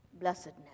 blessedness